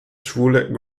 schwule